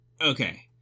Okay